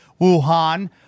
Wuhan